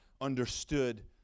understood